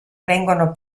vengono